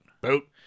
boat